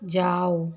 जाओ